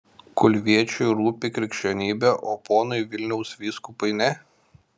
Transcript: kulviečiui rūpi krikščionybė o ponui vilniaus vyskupui ne